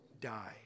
die